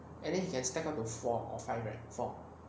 and then he can stack about four or five right four